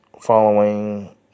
following